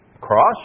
cross